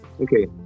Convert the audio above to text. Okay